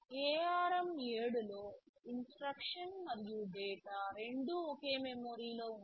ARM 7 లో instruction మరియు data రెండూ ఒకే మెమరీలో ఉన్నాయి